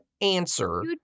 answer